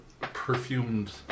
perfumed